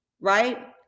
right